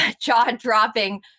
jaw-dropping